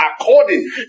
according